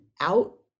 out